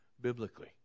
biblically